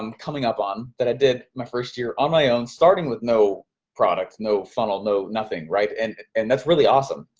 um coming up on, that i did my first year on my own, starting with no product, no funnel, no nothing, and and that's really awesome.